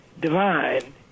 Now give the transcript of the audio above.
divine